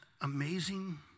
amazing